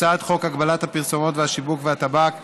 הצעת חוק הגבלת הפרסומת והשיווק של מוצרי טבק (תיקון,